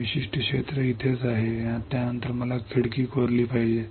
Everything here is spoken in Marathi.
हे विशिष्ट क्षेत्र इथेच आहे त्यानंतर मला खिडकी खोदली पाहिजे